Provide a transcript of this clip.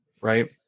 Right